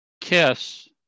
kiss